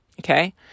okay